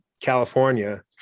California